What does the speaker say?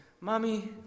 Mommy